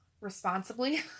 responsibly